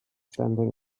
standing